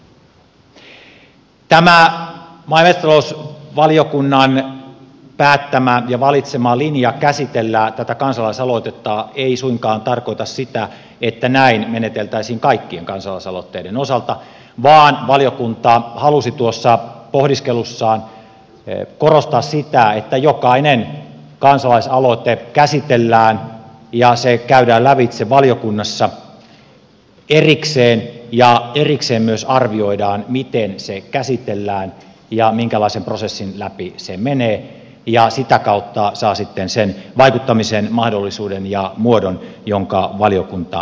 tämä maa ja metsätalousvaliokunnan päättämä ja valitsema linja käsitellä tätä kansalaisaloitetta ei suinkaan tarkoita sitä että näin meneteltäisiin kaikkien kansalaisaloitteiden osalta vaan valiokunta halusi tuossa pohdiskelussaan korostaa sitä että jokainen kansalaisaloite käsitellään ja käydään lävitse valiokunnassa erikseen ja erikseen myös arvioidaan miten se käsitellään ja minkälaisen prosessin läpi se menee ja sitä kautta se saa sitten sen vaikuttamisen mahdollisuuden ja muodon jonka valiokunta valitsee